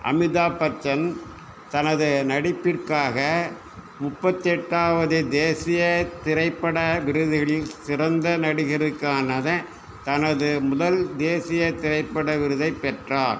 அமிதாப் பச்சன் தனது நடிப்பிற்காக முப்பத்தெட்டாவது தேசிய திரைப்பட விருதுகளில் சிறந்த நடிகருக்கானதை தனது முதல் தேசிய திரைப்பட விருதைப் பெற்றார்